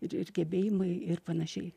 ir ir gebėjimai ir panašiai